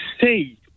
see